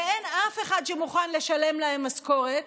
ואין אף אחד שמוכן לשלם להן משכורת,